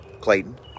Clayton